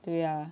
对呀